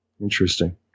interesting